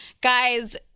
Guys